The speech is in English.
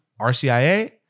RCIA